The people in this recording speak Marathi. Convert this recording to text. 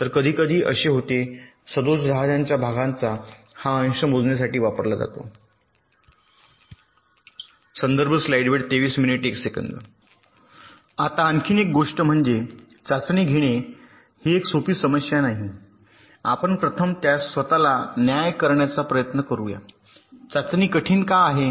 तर कधीकधी असे होते सदोष जहाजांच्या भागांचा हा अंश मोजण्यासाठी वापरला जातो आता आणखी एक गोष्ट म्हणजे चाचणी घेणे ही एक सोपी समस्या नाही आपण प्रथम त्यास स्वतःला न्याय्य करण्याचा प्रयत्न करूया चाचणी कठीण का आहे